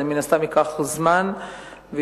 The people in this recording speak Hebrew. זה מן הסתם ייקח זמן וידרוש